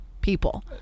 people